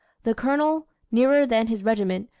the colonel, nearer than his regiment,